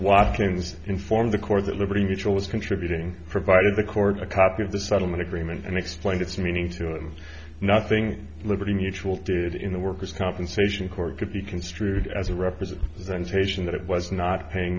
watkins informed the court that liberty mutual was contributing provided the court a copy of the settlement agreement and explained its meaning to and nothing liberty mutual did in the workers compensation court could be construed as a representation that it was not paying